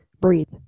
Breathe